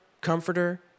comforter